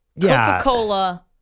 Coca-Cola